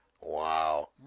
Wow